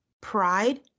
pride